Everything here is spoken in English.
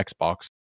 Xbox